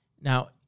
Now